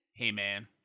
Heyman